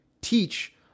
teach